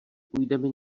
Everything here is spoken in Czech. půjdeme